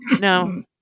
no